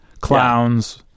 clowns